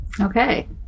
Okay